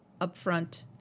upfront